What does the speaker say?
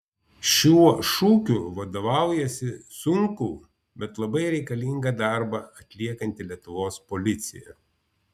šiuo šūkiu vadovaujasi sunkų bet labai reikalingą darbą atliekanti lietuvos policija